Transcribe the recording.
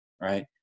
right